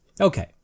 Okay